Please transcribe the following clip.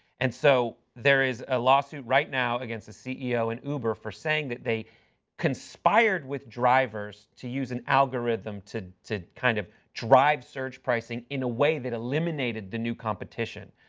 and so there is a lawsuit right now against the ceo and uber for saying that they conspired with drivers to use an algorithm to to kind of drive a search pricing in a way that eliminated the new competition,